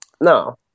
No